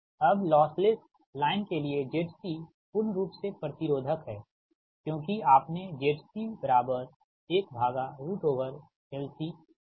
अब lossless line के लिए ZC पूर्ण रूप से प्रतिरोधक है क्योंकि आपने ZC1LC देखा है